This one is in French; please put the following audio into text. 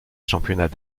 championnats